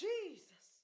Jesus